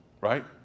right